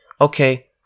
okay